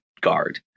guard